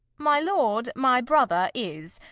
my lord, my brother is,